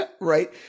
Right